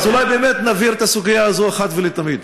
אז אולי באמת נבהיר את הסוגיה הזאת אחת ולתמיד.